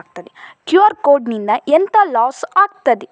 QR code ನಿಂದ ಎಂತ loss ಆಗ್ತದೆ?